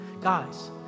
Guys